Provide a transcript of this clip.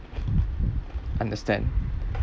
understand